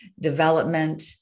development